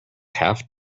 half